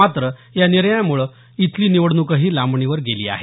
मात्र या निर्णयामुळे इथली निवडणूकही लांबणीवर गेली आहे